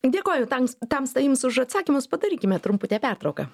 dėkoju tams tamsta jums už atsakymus padarykime trumputę pertrauką